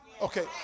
Okay